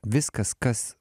viskas kas